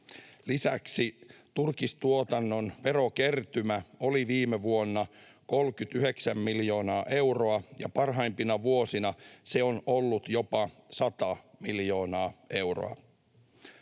Lisäksi turkistuotannon verokertymä oli viime vuonna 39 miljoonaa euroa, ja parhaimpina vuosina se on ollut jopa sata miljoonaa euroa.